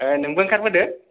आह नोंबो आंखारबोदो